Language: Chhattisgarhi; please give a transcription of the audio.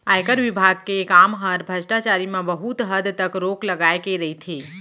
आयकर विभाग के काम हर भस्टाचारी म बहुत हद तक रोक लगाए के रइथे